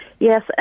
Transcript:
Yes